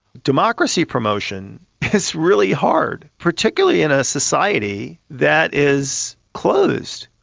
democracy promotion is really hard, particularly in a society that is closed.